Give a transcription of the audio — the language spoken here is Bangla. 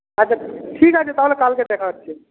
আচ্ছা ঠিক আছে তাহলে কালকে দেখা হচ্ছে